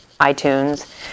iTunes